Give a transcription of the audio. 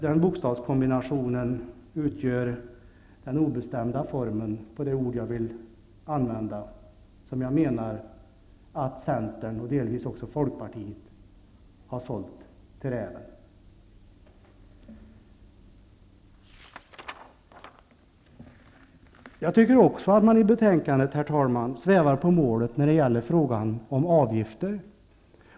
Den bokstavskombinationen utgör den bestämda formen av det ord jag vill använda som jag menar att Centern och delvis också Folkpartiet har sålt till räven. Herr talman! Jag tycker också att man i betänkandet svävar på målet när det gäller frågan om avgifter.